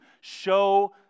show